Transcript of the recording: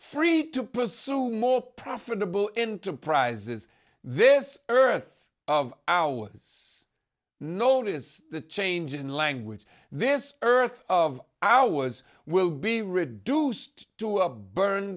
free to pursue more profitable enterprises this earth of ours notice the change in language this earth of ours will be reduced to a burn